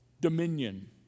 dominion